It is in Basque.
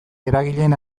eragileen